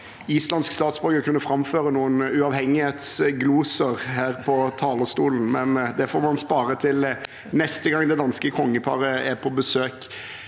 islandsk statsborger kunne framføre noen uavhengighetsgloser her på talerstolen, men det får man spare til neste gang det danske kongeparet er på besøk.